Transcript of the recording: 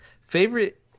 Favorite